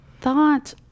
thought